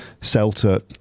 CELTA